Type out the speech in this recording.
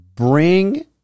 bring